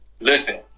Listen